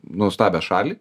nuostabią šalį